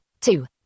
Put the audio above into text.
two